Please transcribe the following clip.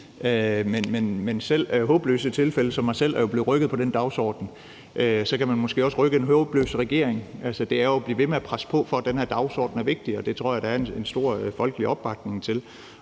men selv håbløse tilfælde som mig selv er jo blevet rykket på den dagsorden. Så kan man måske også rykke en håbløs regering. Det er jo at blive ved med at presse på, for at den her dagsorden er vigtigere. Det tror jeg der er en stor folkelig opbakning til.